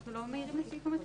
אנחנו לא מעירים לסעיף המטרה?